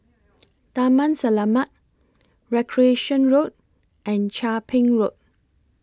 Taman Selamat Recreation Road and Chia Ping Road